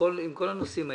ובכל הנושאים האלה.